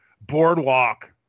boardwalk